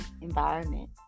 environment